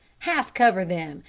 half cover them,